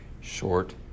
short